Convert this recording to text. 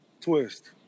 Twist